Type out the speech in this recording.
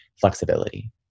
flexibility